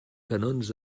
canons